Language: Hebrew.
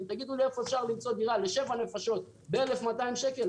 תגידו לי איפה אפשר למצוא דירה לשבע נפשות ב-1,200 שקל.